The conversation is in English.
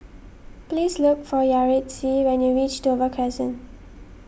please look for Yaretzi when you reach Dover Crescent